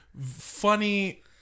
funny